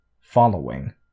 Following